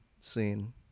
scene